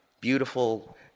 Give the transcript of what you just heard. beautiful